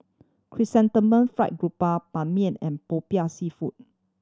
chrysanthemum fried Ban Mian and Popiah Seafood